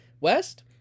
West